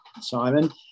Simon